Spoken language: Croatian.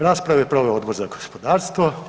Raspravu je proveo Odbor za gospodarstvo.